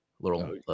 little